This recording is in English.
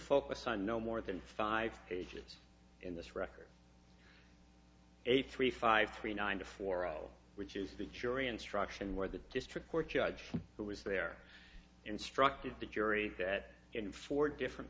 focus on no more than five pages in this record eight three five three nine four zero which is the jury instruction where the district court judge who was there instructed the jury that in four different